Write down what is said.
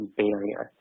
barrier